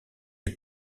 est